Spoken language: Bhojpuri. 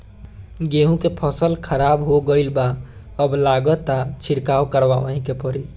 गेंहू के फसल खराब हो गईल बा अब लागता छिड़काव करावही के पड़ी